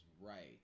right